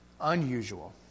unusual